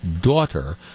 daughter